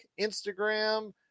Instagram